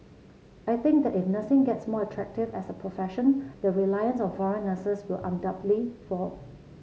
I think that if nursing gets more attractive as a profession the reliance on foreign nurses will undoubtedly fall